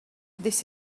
this